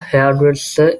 hairdresser